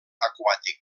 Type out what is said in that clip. aquàtic